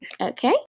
Okay